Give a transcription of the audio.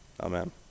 Amen